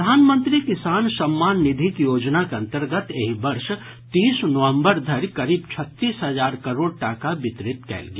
प्रधानमंत्री किसान सम्मान निधिक योजनाक अंतर्गत एहि वर्ष तीस नवंबर धरि करीब छत्तीस हजार करोड़ टाका वितरित कयल गेल